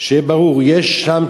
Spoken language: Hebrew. שיהיה ברור, יש שם